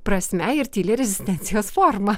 prasme ir tyli rezistencijos forma